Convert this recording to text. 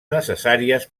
necessàries